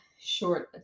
short